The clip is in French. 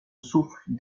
souffle